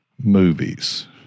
movies